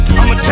I'ma